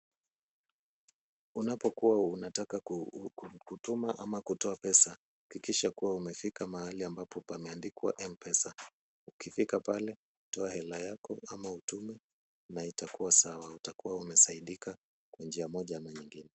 Unapokuwa unataka kutuma ama kutoa pesa hakikisha kuwa umefika mahali ambapo pameandikwa M-Pesa, ukifika pale toa hela yako ama utume na itakuwa sawa, utakuwa umesaidika kwa njia moja ama nyingine.